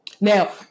Now